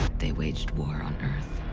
they waged war on earth.